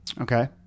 okay